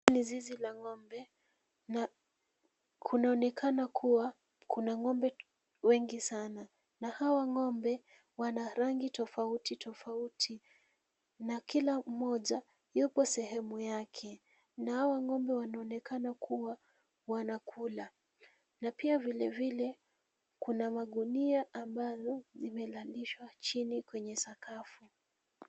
Ni zizi la ng'ombe na kunaonekana kuwa kuna ng'ombe wengi sana, na hawa ng'ombe wana rangi tofauti tofauti na kila mmoja yupo sehemu yake na hawa ngombe wanonekana kuwa wanakula na pia vilevile, kuna magunia ambazo zimelalishwa chini kwenye sakafu.